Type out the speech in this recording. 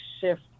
shift